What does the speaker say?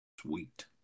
Sweet